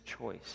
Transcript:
choice